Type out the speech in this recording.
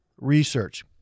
research